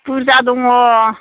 बुरजा दङ